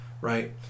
right